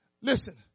Listen